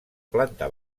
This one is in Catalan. planta